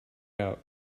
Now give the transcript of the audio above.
out